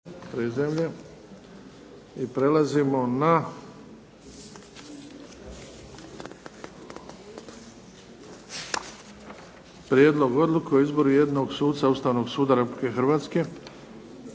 prizemlje. I prelazimo na - Prijedlog odluke o izboru jednog suca Ustavnog suda Republike Hrvatske,